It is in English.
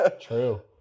True